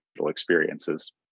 experiences